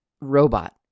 robot